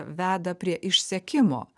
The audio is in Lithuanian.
veda prie išsekimo